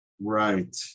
Right